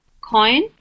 coin